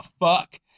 fuck